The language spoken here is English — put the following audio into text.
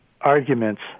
arguments